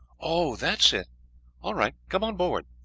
oh, that is it all right, come on board,